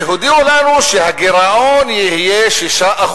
והודיעו לנו שהגירעון יהיה 6%,